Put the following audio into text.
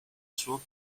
suo